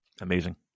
Amazing